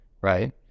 right